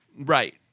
Right